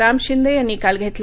राम शिंदे यांनी काल घेतला